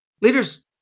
leaders